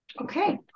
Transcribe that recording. okay